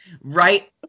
right